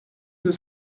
deux